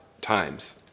times